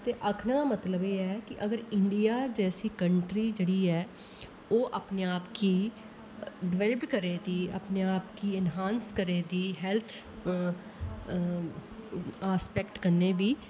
ते आखने दा मतलब ऐ अगर इंडिया जैसी कंट्रीं जेह्ड़ी ऐ ओह् अपने आप गी डिवैल्प करगी अपने आप गी इनहांस करै दी हैल्थ असपैक्ट कन्नै बी